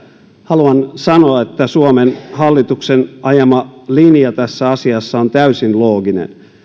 haluan sanoa että suomen hallituksen ajama linja tässä asiassa on täysin looginen